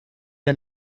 der